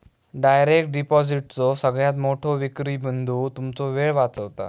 direct डिपॉजिटचो सगळ्यात मोठो विक्री बिंदू तुमचो वेळ वाचवता